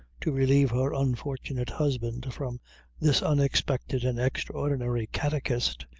to relieve her unfortunate husband from this unexpected and extraordinary catechist,